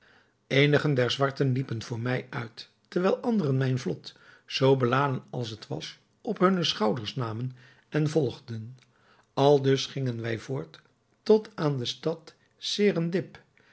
eenigen der zwarten liepen voor mij uit terwijl anderen mijn vlot zoo beladen als het was op hunne schouders namen en volgden aldus gingen wij voort tot aan de stad